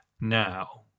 Now